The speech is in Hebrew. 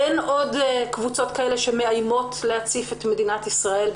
אין עוד קבוצות כאלה שמאיימות להציף את מדינת ישראל.